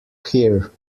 here